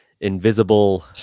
invisible